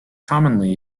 commonly